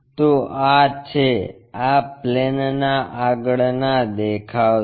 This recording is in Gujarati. તો આ છે આ પ્લેનના આગળના દેખાવથી